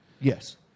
yes